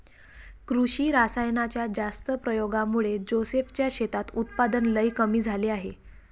कृषी रासायनाच्या जास्त प्रयोगामुळे जोसेफ च्या शेतात उत्पादन लई कमी झाले आहे